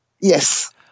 Yes